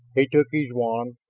he took his wand,